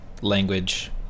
language –